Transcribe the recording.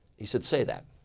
he said, say that.